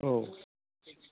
औ